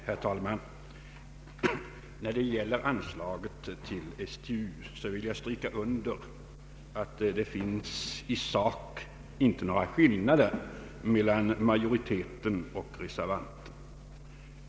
Herr talman! När det gäller anslaget till STU vill jag understryka att det i sak inte råder några delade meningar mellan utskottsmajoriteten och reservanterna.